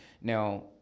now